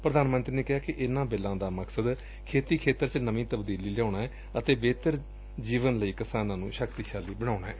ਪ੍ਰਧਾਨ ਮੰਤਰੀ ਨੇ ਕਿਹਾ ਕਿ ਇਨ੍ਪਾਂ ਬਿੱਲਾਂ ਦਾ ਮਕਸਦ ਖੇਤੀ ਖੇਤਰ ਵਿਚ ਨਵੀ ਤਬਦੀਲੀ ਲਿਆਊਣਾ ਅਤੇ ਬਿਹਤਰ ਜੀਵਨ ਲਈ ਕਿਸਾਨਾਂ ਨੂੰ ਸ਼ਕਤੀਸ਼ਾਲੀ ਬਣਾਊਣਾ ਏ